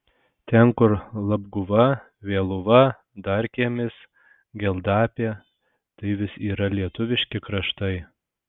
ten kur labguva vėluva darkiemis geldapė tai vis yra lietuviški kraštai